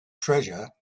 treasure